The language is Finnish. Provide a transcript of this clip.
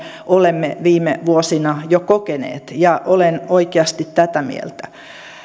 olemme viime vuosina jo kokeneet ja olen oikeasti tätä mieltä